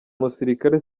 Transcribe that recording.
musirikare